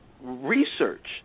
research